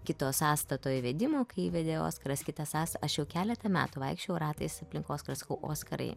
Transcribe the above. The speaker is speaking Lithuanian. kito sąstato įvedimo kai įvedė oskaras kitą sąs aš jau keletą metų vaikščiojau ratais aplink oskarą sakau oskarai